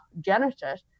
Genesis